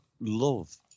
love